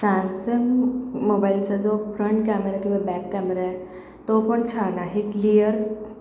Samsung मोबाईलचा जो front camera किंवा बॅक कॅमेरा आहे तोपण छान आहे क्लियर